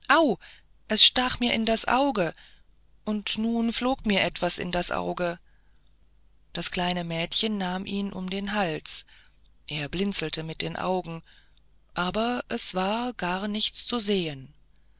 es stach mir in das herz und nun flog mir etwas in das auge das kleine mädchen nahm ihn um den hals er blinzelte mit den augen aber es war gar nichts zu sehen